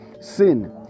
sin